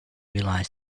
realised